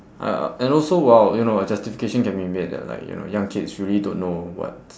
uh and also !wow! you know a justification can be made ya like you know young kids really don't know what